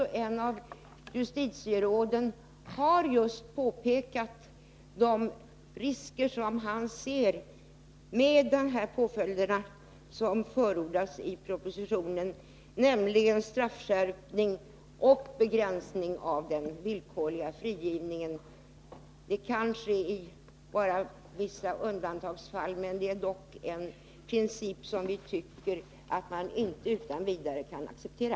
Ett av justitieråden har just pekat på de risker han ser med de påföljder som förordas i propositionen, nämligen straffskärpning och begränsning av den villkorliga frigivningen. Även om detta bara kommer att inträffa i undantagsfall, tycker vi ändå att det är en princip som man inte utan vidare kan acceptera.